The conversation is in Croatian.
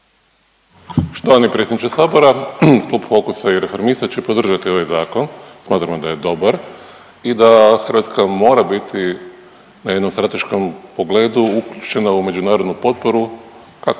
Štovani predsjedniče Sabora. Klub Fokusa i Reformista će podržati ovaj zakon, smatramo da je dobar i da Hrvatska mora biti na jednom strateškom pogledu uključena u međunarodnu potporu kako